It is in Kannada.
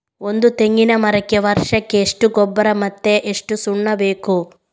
ಒಂದು ತೆಂಗಿನ ಮರಕ್ಕೆ ವರ್ಷಕ್ಕೆ ಎಷ್ಟು ಗೊಬ್ಬರ ಮತ್ತೆ ಎಷ್ಟು ಸುಣ್ಣ ಬೇಕು?